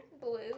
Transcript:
Blue